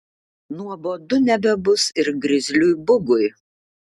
nuobodu nebebus ir grizliui bugui